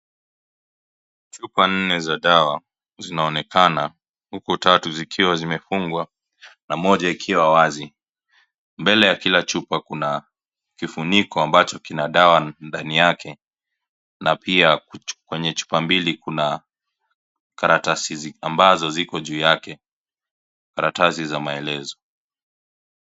Chupa nne za dawa zinaonekana huku tatu zikiwa zimefungwa na moja ikiwa wazi, mbele ya kila chupa kuna kifuniko ambacho kina dawa ndani yake, na pia kwenye chupa mbili kuna karatasi ambazo ziko juu yake, karatasi za maelezo.